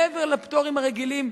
מעבר לפטורים הרגילים,